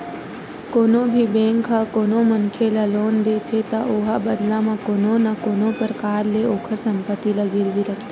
कोनो भी बेंक ह कोनो मनखे ल लोन देथे त ओहा बदला म कोनो न कोनो परकार ले ओखर संपत्ति ला गिरवी रखथे